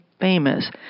famous